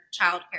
childcare